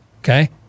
Okay